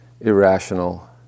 irrational